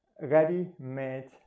ready-made